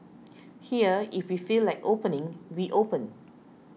here if we feel like opening we open